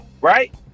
Right